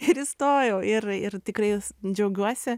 ir įstojau ir ir tikrai džiaugiuosi